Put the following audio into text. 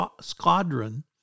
squadron